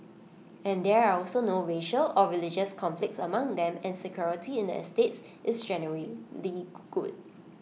and there are also no racial and religious conflicts among them and security in the estates is generally good